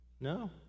No